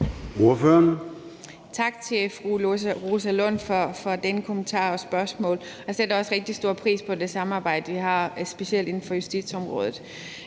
Tak til fru Rosa Lund for denne kommentar og for spørgsmålet. Jeg sætter også rigtig stor pris på det samarbejde, vi har, specielt inden for justitsområdet,